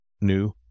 new